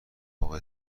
اقا